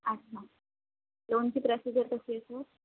अच्छा लोनची प्रॉसिजर कशी असं